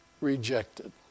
rejected